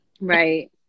Right